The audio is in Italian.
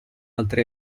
altri